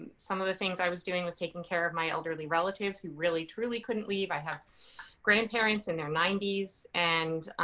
some of the things i was doing was taking care of my elderly relatives, who really, truly couldn't leave. i have grandparents in their ninety s. and,